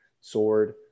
sword